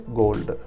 gold